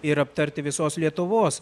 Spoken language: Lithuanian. ir aptarti visos lietuvos